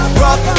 rock